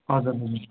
हजुर